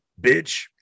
bitch